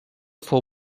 fou